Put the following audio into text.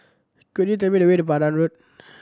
could you tell me the way to Pandan Road